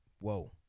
whoa